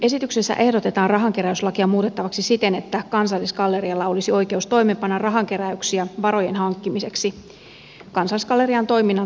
esityksessä ehdotetaan rahankeräyslakia muutettavaksi siten että kansallisgallerialla olisi oikeus toimeenpanna rahankeräyksiä varojen hankkimiseksi kansallisgallerian toiminnan tukemiseen